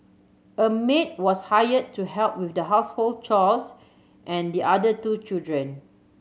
a maid was hired to help with the household chores and the other two children